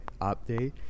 update